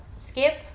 skip